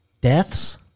Deaths